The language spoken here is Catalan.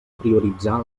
prioritzar